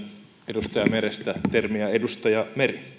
edustaja merestä termiä edustaja